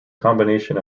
combination